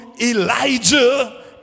Elijah